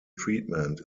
treatment